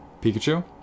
Pikachu